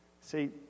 See